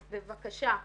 אז בבקשה,